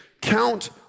Count